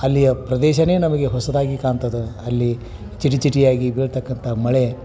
ಅಲ್ಲಿಯ ಪ್ರದೇಶವೇ ನಮಗೆ ಹೊಸದಾಗಿ ಕಾಣ್ತದೆ ಅಲ್ಲಿ ಚಿಟಿಚಿಟಿಯಾಗಿ ಬೀಳತಕ್ಕಂಥ ಮಳೆ